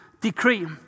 decree